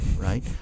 right